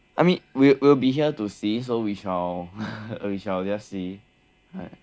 I mean we will we will be here to see so we shall we shall just see